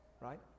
right